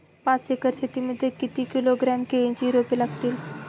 पाच एकर शेती मध्ये किती किलोग्रॅम केळीची रोपे लागतील?